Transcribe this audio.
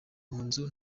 nzu